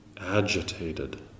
agitated